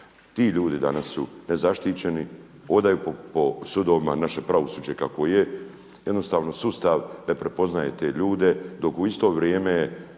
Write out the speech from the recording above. ti ljudi danas su ne zaštićeni, hodaju po sudovima, naše pravosuđe je kakvo je, jednostavno sustav ne prepoznaje te ljude. Dok u isto vrijeme